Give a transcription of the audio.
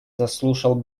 заслушал